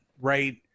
right